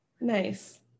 nice